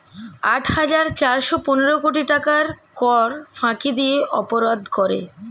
আট হাজার চারশ পনেরো কোটি টাকার কর ফাঁকি দিয়ে অপরাধ করে